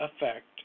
effect